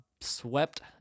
swept